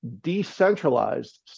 decentralized